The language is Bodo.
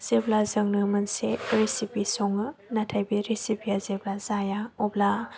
जेब्ला जोङो मोनसे रेसिपि सङो नाथाय बे रेसिपि आ जेब्ला जाया अब्ला